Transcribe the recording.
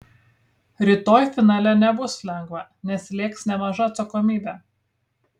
rytoj finale nebus lengva nes slėgs nemaža atsakomybė